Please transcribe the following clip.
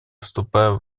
вступаем